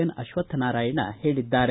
N Ashwathnarayan ಹೇಳಿದ್ದಾರೆ